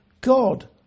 God